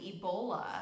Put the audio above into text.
Ebola